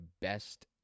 best